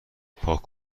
پاک